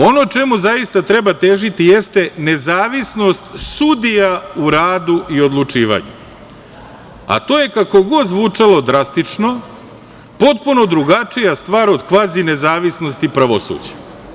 Ono čemu zaista treba težiti jeste nezavisnost sudija u radu i odlučivanju, a to je kako god zvučalo drastično potpuno drugačija stvar od kvazi nezavisnosti pravosuđa.